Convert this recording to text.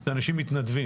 זה אנשים מתנדבים,